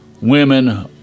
women